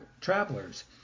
travelers